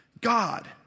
God